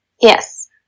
Yes